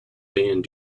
band